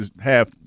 half